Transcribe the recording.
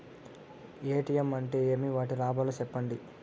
ATM అంటే ఏమి? వాటి లాభాలు సెప్పండి?